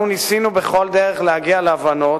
אנחנו ניסינו בכל דרך להגיע להבנות,